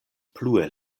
plue